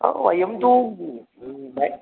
वयं तु